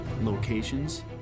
Locations